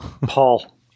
Paul